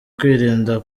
kwirinda